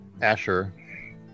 Asher